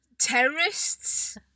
terrorists